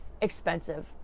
expensive